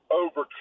over